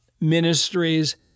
ministries